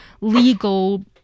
legal